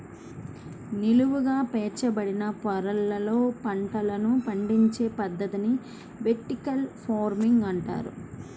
నిలువుగా పేర్చబడిన పొరలలో పంటలను పండించే పద్ధతిని వెర్టికల్ ఫార్మింగ్ అంటారు